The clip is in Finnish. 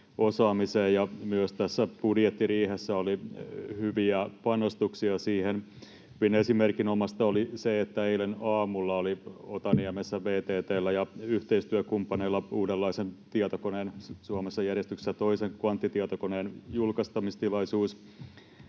myös tässä budjettiriihessä oli hyviä panostuksia siihen. Hyvin esimerkinomaista oli se, että eilen aamulla oli Otaniemessä VTT:llä ja yhteistyökumppaneilla uudenlaisen tietokoneen, Suomessa järjestyksessään toisen kvanttitietokoneen, julkistamistilaisuus